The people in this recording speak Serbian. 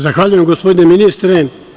Zahvaljujem, gospodine ministri.